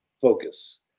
focus